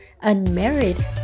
unmarried